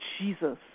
Jesus